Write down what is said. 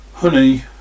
Honey